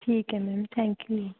ਠੀਕ ਹੈ ma'am thank you ਜੀ